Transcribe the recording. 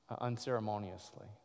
unceremoniously